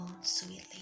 sweetly